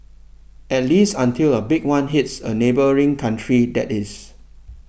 at least until a big one hits a neighbouring country that is